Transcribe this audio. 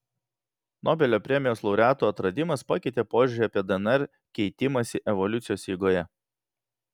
nobelio premijos laureatų atradimas pakeitė požiūrį apie dnr keitimąsi evoliucijos eigoje